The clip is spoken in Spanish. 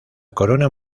corona